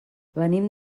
venim